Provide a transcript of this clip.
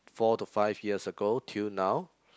four to five years ago till now